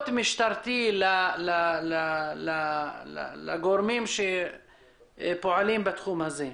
"משטרתי" לגורמים שפועלים בתחום הזה.